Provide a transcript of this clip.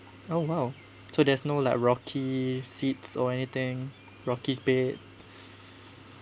oh !wow! so there's no like rocky seats or anything rocky's bed